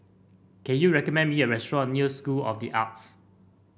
can you recommend me a restaurant near School of the Arts